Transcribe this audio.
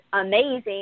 amazing